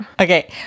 Okay